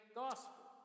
gospel